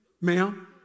Ma'am